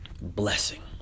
blessing